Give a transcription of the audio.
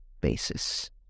basis